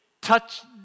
touch